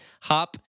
Hop